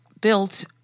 built